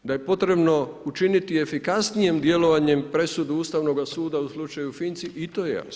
Da je potrebno učiniti efikasnijom djelovanjem presudu Ustavnog sud u slučaju Finci i to je jasno.